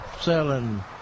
selling